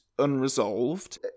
unresolved